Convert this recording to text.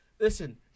listen